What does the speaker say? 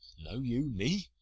know you me,